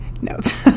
notes